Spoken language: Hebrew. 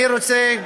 אני רוצה,